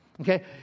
okay